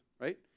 right